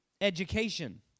education